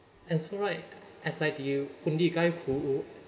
and so right as I'm the only guy who